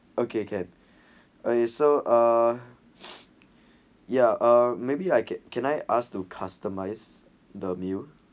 okay can okay so uh yeah uh maybe I can can I ask to customize the meal